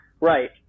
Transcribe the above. right